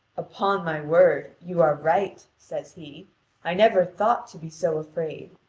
upon my word, you are right, says he i never thought to be so afraid.